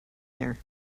there